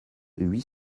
huit